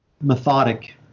methodic